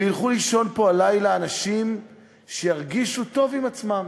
וילכו לישון פה הלילה אנשים שירגישו טוב עם עצמם.